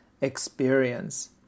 experience